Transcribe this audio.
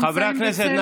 חברי הכנסת,